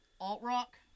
alt-rock